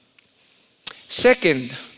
Second